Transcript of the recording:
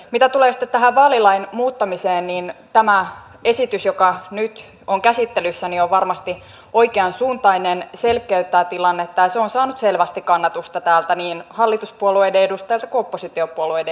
mitä sitten tulee tähän vaalilain muuttamiseen niin tämä esitys joka nyt on käsittelyssä on varmasti oikeansuuntainen selkeyttää tilannetta ja se on saanut selvästi kannatusta täältä niin hallituspuolueiden edustajilta kuin oppositiopuolueiden edustajilta